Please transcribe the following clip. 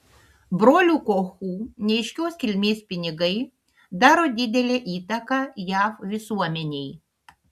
brolių kochų neaiškios kilmės pinigai daro didelę įtaką jav visuomenei